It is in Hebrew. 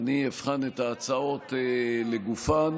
ואני אבחן את ההצעות לגופן,